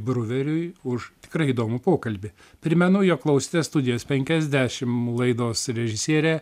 bruveriui už tikrai įdomų pokalbį primenu jog klausėtės studijos penkiasdešim laidos režisierė